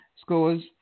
scores